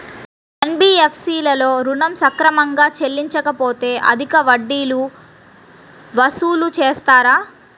NBFC లలో ఋణం సక్రమంగా చెల్లించలేకపోతె అధిక వడ్డీలు వసూలు చేస్తారా?